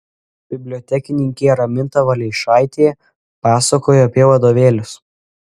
bibliotekininkė raminta valeišaitė pasakojo apie vadovėlius